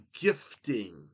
gifting